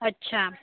अच्छा